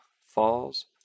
falls